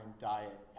diet